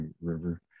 River